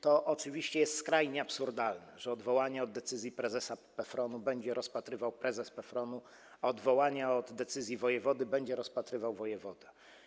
To oczywiście jest skrajnie absurdalne, że odwołanie od decyzji prezesa PFRON-u będzie rozpatrywał prezes PFRON-u, a odwołanie od decyzji wojewody będzie rozpatrywał wojewoda.